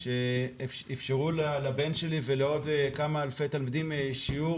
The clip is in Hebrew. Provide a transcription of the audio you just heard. שאפשרו לבן שלי ולעוד כמה אלפי תלמידים שיעור